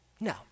no